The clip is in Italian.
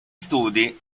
studi